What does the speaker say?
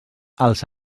els